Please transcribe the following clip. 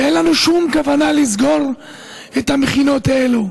ואין לנו שום כוונה לסגור את המכינות האלו,